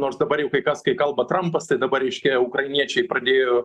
nors dabar jau kai kas kai kalba trampas tai dabar reiškia jau ukrainiečiai pradėjo